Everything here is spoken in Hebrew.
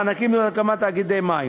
מענקים להקמת תאגידי מים.